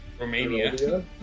Romania